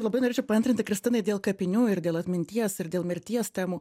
labai norėčiau paantrinti kristinai dėl kapinių ir dėl atminties ir dėl mirties temų